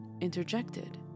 interjected